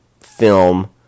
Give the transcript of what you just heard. film